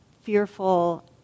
fearful